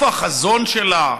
איפה החזון שלה?